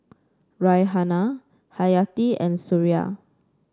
Raihana Hayati and Suria